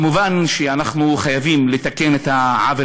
מובן שאנחנו חייבים לתקן את העוול.